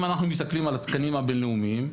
אם אנחנו מסתכלים על התקנים הבין-לאומיים,